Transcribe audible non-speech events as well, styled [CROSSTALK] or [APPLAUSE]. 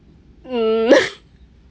uh [LAUGHS]